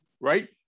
right